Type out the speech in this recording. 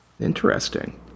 interesting